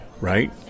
right